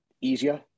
easier